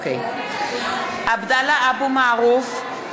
(קוראת בשמות חברי הכנסת) עבדאללה אבו מערוף,